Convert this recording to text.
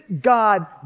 God